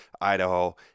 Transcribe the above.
Idaho